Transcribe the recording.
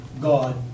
God